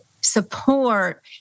support